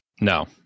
No